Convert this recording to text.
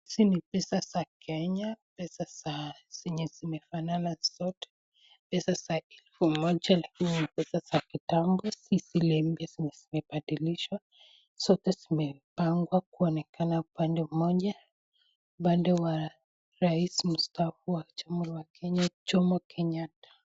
Hizi ni pesa za Kenya pesa zimefanana zote pesa za elfu maja lakini ni pesa za kitambo si zile mpya zenye zimebadilishwa zote zimpangwa kuonekana upande mmoja upande wa rais mstaafu wa jamhuri ya kenya Jomo Kenyatta.